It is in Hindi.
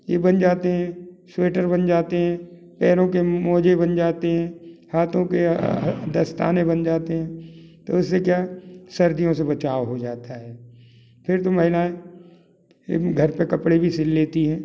ये बन जाते हें स्वेटर बन जाते हें पैरों के मोज़े बन जाते हें हाथों के दस्ताने बन जाते हें तो इससे क्या है सर्दियों से बचाव हो जाता है फिर तो महिलाऍं एवं घर पर कपड़े भी सी लेती हैं